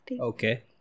Okay